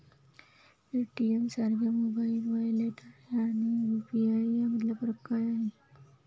पेटीएमसारख्या mobile wallet आणि UPI यामधला फरक काय आहे?